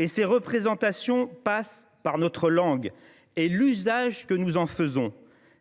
Or ces représentations passent par notre langue et par l’usage que nous en faisons.